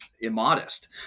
immodest